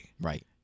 Right